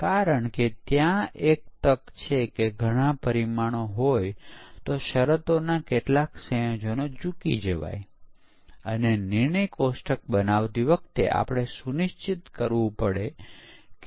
હવે એક સરસ પ્રશ્ન જે વારંવાર ઉઠાવવામાં આવે છે તે છે કે ધારો કે ઉપલબ્ધ પ્રક્રિયાઓનો ઉપયોગ કરીને સોફ્ટવેર વિકસિત કરવામાં આવે છે તેની સમીક્ષાઓ કરવામાં આવે છે ઉપલબ્ધ પરીક્ષણ તકનીકો હાથ ધરવામાં આવે છે અને પછી કેટલી બગ ટકી રહે છે